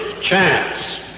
chance